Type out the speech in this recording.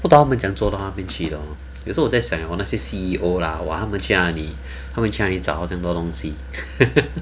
不懂他们怎样做到那边去的 hor 有时候我在想那些 C_E_O lah !wah! 他们去哪里他们去哪里找到这样多东西